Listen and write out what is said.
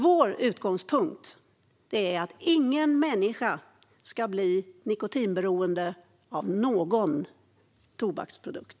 Vår utgångspunkt är att ingen människa ska bli nikotinberoende av någon tobaksprodukt.